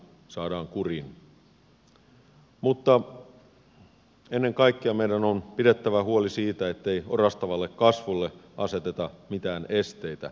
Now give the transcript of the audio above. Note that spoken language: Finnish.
mutta ennen kaikkea meidän on pidettävä huoli siitä ettei orastavalle kasvulle aseteta mitään esteitä